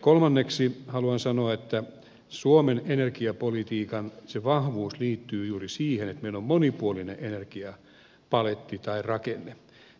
kolmanneksi haluan sanoa että suomen energiapolitiikan vahvuus liittyy juuri siihen että meillä on monipuolinen energiapaletti tai rakenne